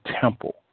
temple